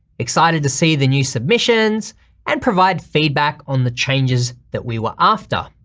excited to see the new submissions and provide feedback on the changes that we were after.